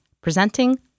presenting